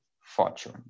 fortune